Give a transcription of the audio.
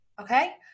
Okay